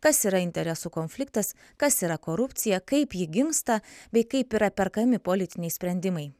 kas yra interesų konfliktas kas yra korupcija kaip ji gimsta bei kaip yra perkami politiniai sprendimai